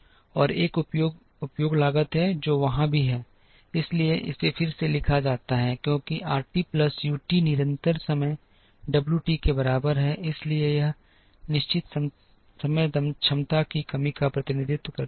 और एक उपयोग उपयोग लागत है जो वहां भी है इसलिए इसे फिर से लिखा जाता है क्योंकि आरटी प्लस यू टी निरंतर समय डब्ल्यू टी के बराबर है इसलिए यह नियमित समय क्षमता की कमी का प्रतिनिधित्व करता है